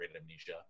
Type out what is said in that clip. amnesia